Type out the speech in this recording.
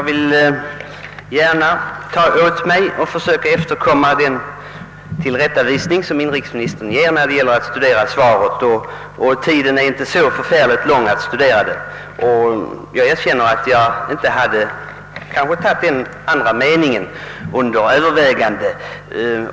Herr talman! Jag skall försöka efterkomma inrikesministerns tillrättavisning när det gäller att studera svaret. Tiden för läsning av svaret har emellertid inte varit så lång, och jag erkänner gärna att jag inte tagit den av inrikesministern nämnda meningen under övervägande.